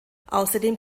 außerdem